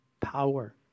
power